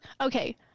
Okay